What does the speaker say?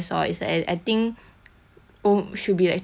on~ should be like two plus 到 three dollar